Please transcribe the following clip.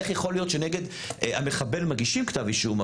איך יכול להיות שנגד המחבל מגישים כתב אישום,